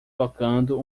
tocando